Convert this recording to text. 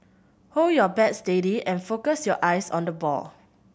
hold your bat steady and focus your eyes on the ball